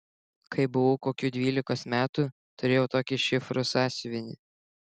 kai buvau kokių dvylikos metų turėjau tokį šifrų sąsiuvinį